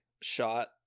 shot